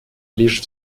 лишь